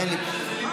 זה לא ליברמן?